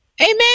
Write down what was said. Amen